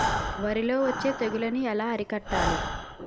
వరిలో వచ్చే తెగులని ఏలా అరికట్టాలి?